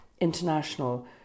international